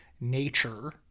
Nature